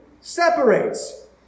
separates